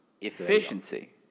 Efficiency